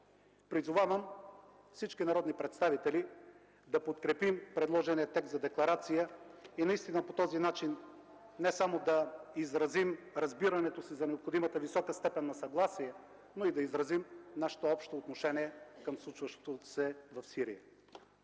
Призовавам всички народни представители да подкрепим предложения текст за декларация и по този начин не само да изразим разбирането си за необходимата висока степен на съгласие, но и да изразим нашето общо отношение към случващото се в Сирия.